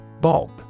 Bulb